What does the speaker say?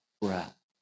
breath